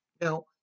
Now